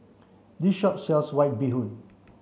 this shop sells white bee hoon